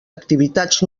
activitats